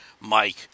Mike